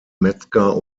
metzger